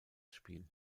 spiel